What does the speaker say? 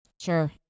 Sure